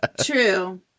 true